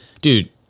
dude